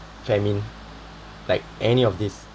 famine like any of this